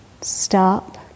Stop